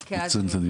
זה קשה,